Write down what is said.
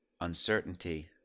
uncertainty